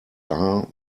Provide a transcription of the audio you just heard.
are